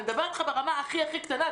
אני מדברת אתך ברמה הכי הכי קטנה.